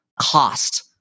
cost